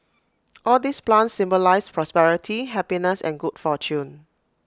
all these plants symbolise prosperity happiness and good fortune